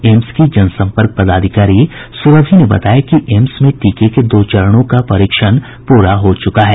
AIIMS की जनसंपर्क पदाधिकारी सुरभि ने बताया कि एम्स में टीके के दो चरणों का परीक्षण पूरा हो चुका है